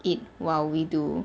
it while we do